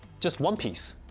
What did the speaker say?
just one piece.